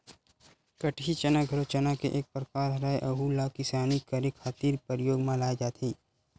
कटही चना घलो चना के एक परकार हरय, अहूँ ला किसानी करे खातिर परियोग म लाये जाथे